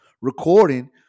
recording